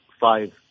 five